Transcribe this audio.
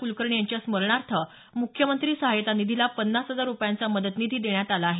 क्लकर्णी यांच्या स्मरणार्थ मुख्यमंत्री सहायता निधीला पन्नास हजार रुपयांचा मदत निधी देण्यात आला आहे